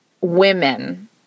women